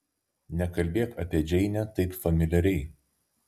nekalbėk apie džeinę taip familiariai